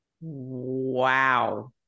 Wow